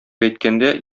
әйткәндә